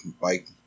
bike